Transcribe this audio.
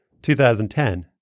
2010